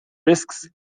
risks